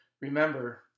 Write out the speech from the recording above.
Remember